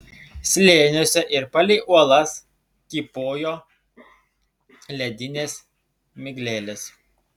slėniuose ir palei uolas kybojo ledinės miglelės